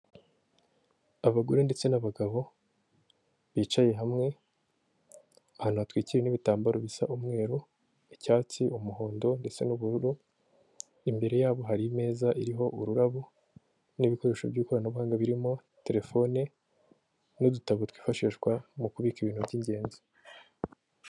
Ni akazu ka emutiyene k'umuhondo, kariho ibyapa byinshi mu bijyanye na serivisi zose za emutiyene, mo imbere harimo umukobwa, ubona ko ari kuganira n'umugabo uje kumwaka serivisi.